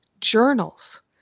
journals